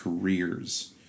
careers